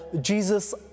Jesus